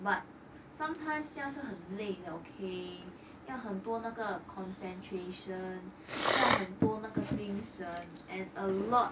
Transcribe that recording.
but sometimes 轿车很累的 okay 要很多那个 concentration 要很多那个精神:yao hen duo na ge jingng shen and a lot